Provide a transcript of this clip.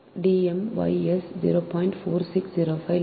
நீங்கள் L யை தீர்க்கினால் ஒரு கிலோமீட்டருக்கு 0